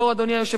אדוני היושב-ראש,